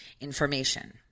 information